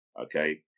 okay